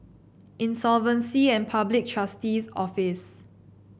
Insolvency and Public Trustee's Office